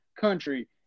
country